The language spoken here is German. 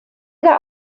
jede